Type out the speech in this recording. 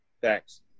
Thanks